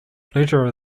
pleasure